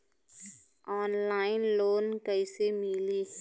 Online loan कइसे मिली?